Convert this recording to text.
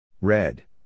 Red